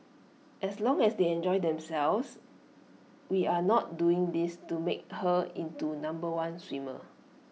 as long as they enjoy themselves we are not doing this to make her into number one swimmer